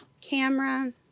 camera